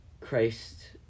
Christ